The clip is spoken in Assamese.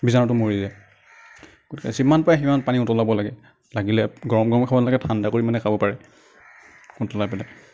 বীজাণুটো মৰি যায় গতিকে যিমান পাৰে সিমান পানী উতলাব লাগে লাগিলে গৰম গৰম খাব নালাগে ঠাণ্ডা কৰি মানে খাব পাৰে উতলাই পেলাই